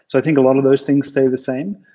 i think a lot of those things stay the same.